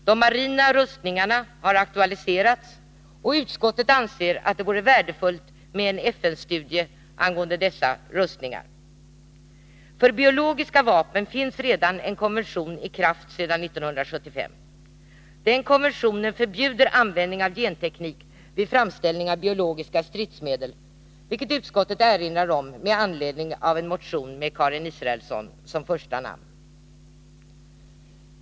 De marina rustningarna har aktualiserats, och utskottet anser att det vore värdefullt med en FN-studie angående dessa rustningar. För biologiska vapen finns redan en konvention i kraft sedan 1975. Den konventionen förbjuder användning av genteknik vid framställning av biologiska stridsmedel, vilket utskottet erinrar om med anledning av en motion med Karin Israelsson som första namn.